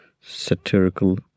satirical